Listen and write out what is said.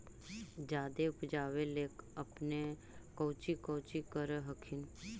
जादे उपजाबे ले अपने कौची कौची कर हखिन?